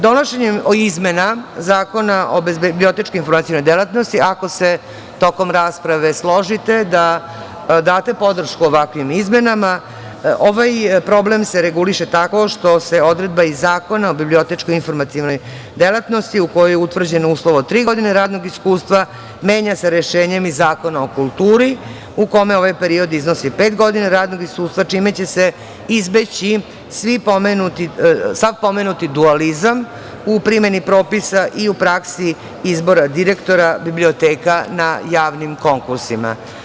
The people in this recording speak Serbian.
Donošenjem izmena Zakona o bibliotečko-informacionoj delatnosti, ako se tokom rasprave složite da date podršku ovakvim izmenama, ovaj problem se reguliše tako što se odredba iz Zakona o bibliotečko-informacionoj delatnosti, u kojoj je utvrđen uslov od tri godine radnog iskustva, menja se rešenjem iz Zakona o kulturi u kome ovaj period iznosi pet godina radnog iskustva, čime će se izbeći sav pomenuti dualizam u primeni propisa i u praksi izbora direktora biblioteka na javnim konkursima.